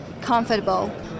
comfortable